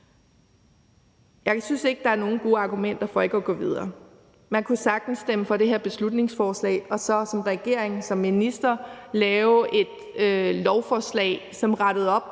Jeg synes ikke, der er nogen gode argumenter for ikke at gå videre. Man kunne sagtens stemme for det her beslutningsforslag og så som regering, som minister lave et lovforslag, som rettede op